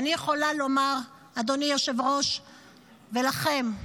ואני יכולה לומר לאדוני היושב-ראש ולכם: